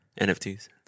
nfts